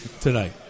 tonight